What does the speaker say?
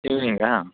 ಇವ್ನಿಂಗಾ